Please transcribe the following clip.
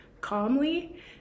calmly